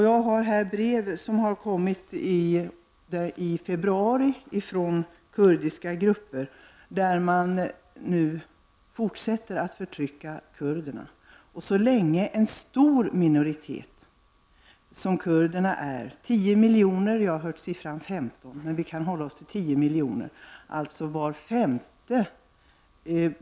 Jag har här brev som har kommit i februari från kurdiska grupper. Man påpekar i breven att förtrycket mot kurderna fortsätter. Så länge en så stor minoritet som den som utgörs av kurderna utsätts för trakasserier av den här arten, kan man inte tala om att det finns mänskliga rättigheter.